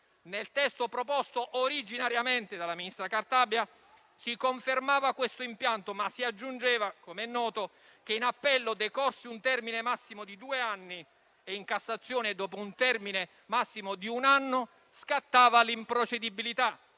Nel testo proposto originariamente dalla ministra Cartabia si confermava questo impianto, ma si aggiungeva - com'è noto - che in appello, decorso un termine massimo di due anni, e in Cassazione dopo un termine massimo di un anno, scattava l'improcedibilità,